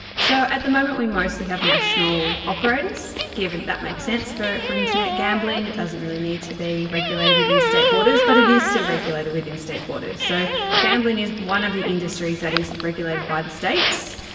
so at the moment we mostly have national operators, that make sense for for internet gambling, it doesn't really need to be regulated within state borders, but it is still regulated within state borders. so gambling is one of the industries that is regulated by the states.